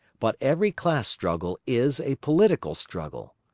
but every class struggle is a political struggle.